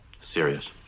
serious